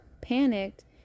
panicked